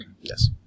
Yes